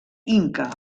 inca